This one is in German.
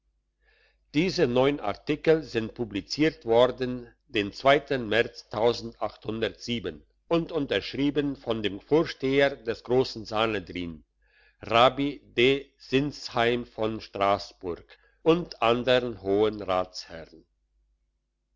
diese neun artikel sind publiziert worden den märz und unterschrieben von dem vorsteher des grossen sanhedrin rabbi d sinzheim von strassburg und andern hohen ratsherren